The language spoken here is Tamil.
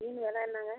மீன் வில என்னங்க